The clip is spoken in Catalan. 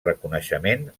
reconeixement